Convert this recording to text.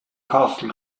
castle